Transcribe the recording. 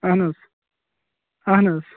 اَہَن حظ اَہَن حظ